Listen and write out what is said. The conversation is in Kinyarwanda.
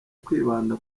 kwibanda